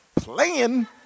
Playing